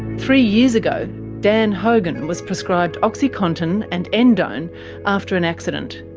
three years ago dan hogan was prescribed oxycontin and endone after an accident.